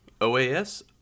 OAS